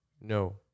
No